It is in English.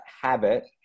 habit